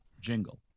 jingle